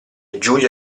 giulia